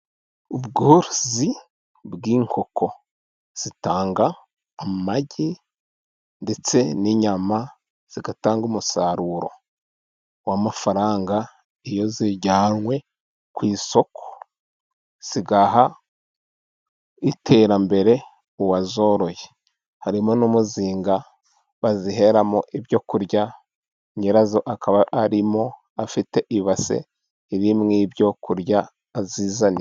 Ubworozi bw'inkoko zitanga amagi ndetse n'inyama, zidatanga umusaruro w'amafaranga. Iyo zijyanywe ku isoko zigaha iterambere uwazoroye, harimo n'umuzinga baziheramo ibyo kurya, nyirazo akaba arimo afite ibase, irimo ibyo kurya azizaniye.